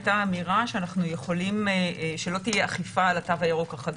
הייתה אמירה שלא תהיה אכיפה על התו הירוק החדש,